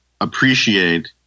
appreciate